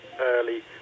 early